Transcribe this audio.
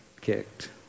kicked